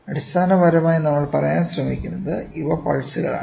അടിസ്ഥാനപരമായി നമ്മൾ പറയാൻ ശ്രമിക്കുന്നത് ഇവ പൾസുകളാണ്